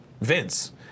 Vince